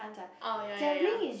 oh ya ya ya